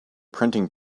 printing